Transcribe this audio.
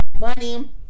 money